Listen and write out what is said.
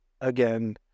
again